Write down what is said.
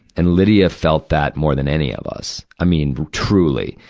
and lydia felt that more than any of us. i mean, truly.